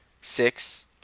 Six